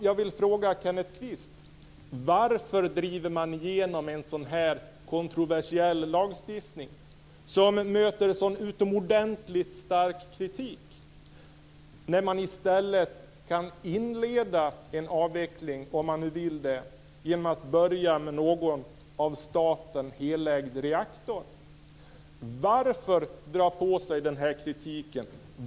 Jag vill fråga Kenneth Kvist: Varför driver man igenom en sådan här kontroversiell lagstiftning som möter så utomordentligt hård kritik? I stället kan man ju inleda en avveckling, om det är vad man vill, genom att börja med någon av staten helägd reaktor. Varför dra på sig den här kritiken?